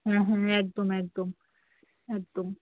হুম হুম একদম একদম একদম